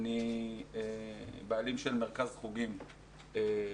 אני בעלים של מרכז חוגים לילדים,